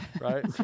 right